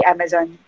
Amazon